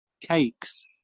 cakes